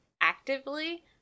actively